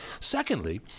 Secondly